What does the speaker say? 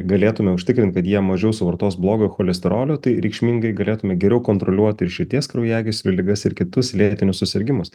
galėtumėm užtikrint kad jie mažiau suvartos blogojo cholesterolio tai reikšmingai galėtume geriau kontroliuoti ir širdies kraujagyslių ligas ir kitus lėtinius susirgimus